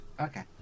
Okay